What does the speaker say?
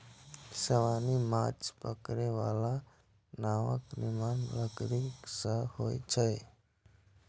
सामान्यतः माछ पकड़ै बला नावक निर्माण लकड़ी सं होइ छै